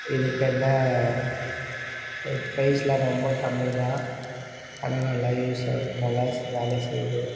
இதுகென்ன ப்ரைஸ்யெலாம் ரொம்ப கம்மிதான் ஆனால் நல்லா யூஸ் ஆகும் நல்லா வேலை செய்து